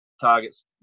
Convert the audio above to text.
targets